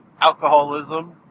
Alcoholism